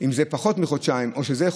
אם זה יהיה פחות מחודשיים או חודשיים,